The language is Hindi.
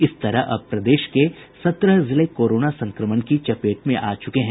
इस तरह अब प्रदेश के सत्रह जिले कोरोना संक्रमण की चपेट में आ चुके हैं